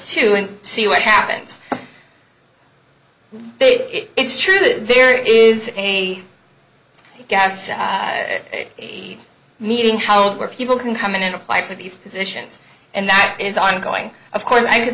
too and see what happens it's true that there is a gas meeting how were people can come in and apply for these positions and that is ongoing of course i could